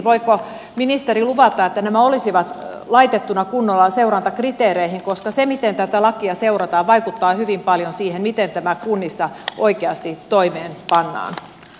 voiko ministeri luvata että nämä olisivat laitettuina kunnolla seurantakriteereihin koska se miten tätä lakia seurataan vaikuttaa hyvin paljon siihen miten tämä kunnissa oikeasti toimeenpannaan